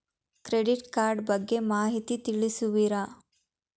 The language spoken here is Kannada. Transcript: ಕ್ರೆಡಿಟ್ ಕಾರ್ಡ್ ಬಗ್ಗೆ ಮಾಹಿತಿ ತಿಳಿಸುವಿರಾ?